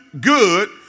good